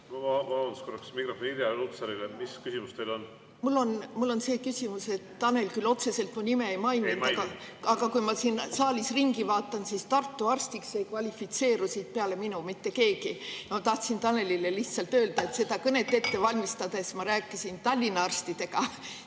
mikrofon korraks Irja Lutsarile. Mis küsimus teil on? Mul on selline küsimus. Tanel küll otseselt mu nime ei maininud, aga kui ma siin saalis ringi vaatan, siis Tartu arstiks ei kvalifitseeru peale minu siin mitte keegi. Tahtsin Tanelile lihtsalt öelda, et seda kõnet ette valmistades ma rääkisin Tallinna arstidega,